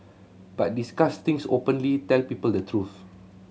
but discuss things openly tell people the truth